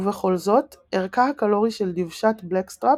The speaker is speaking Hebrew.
ובכל זאת ערכה הקלורי של דבשת 'בלקסטראפ'